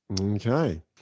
okay